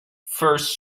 first